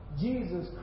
Jesus